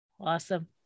awesome